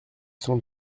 sont